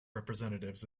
representatives